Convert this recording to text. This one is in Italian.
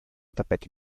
tappeti